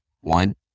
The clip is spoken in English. One